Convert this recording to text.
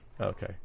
okay